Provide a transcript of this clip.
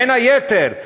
בין היתר,